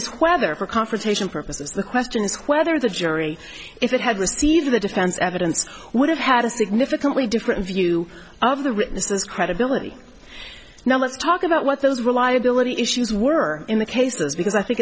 is whether or confrontation purposes the question is whether the jury if it had received the defense evidence would have had a significantly different view of the witnesses credibility now let's talk about what those reliability issues were in the cases because i think